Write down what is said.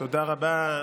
תודה רבה,